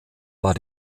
war